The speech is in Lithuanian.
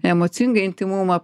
emocingą intymumą